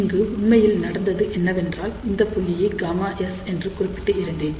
இங்கு உண்மையில் நடந்தது என்னவென்றால் இந்தப் புள்ளி ΓS என்று குறிப்பிட்டு இருந்தேன்